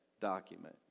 document